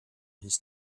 his